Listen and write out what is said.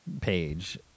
page